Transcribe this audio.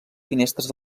finestres